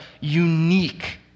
unique